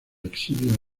exilio